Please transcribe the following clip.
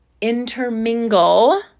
intermingle